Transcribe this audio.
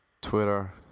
Twitter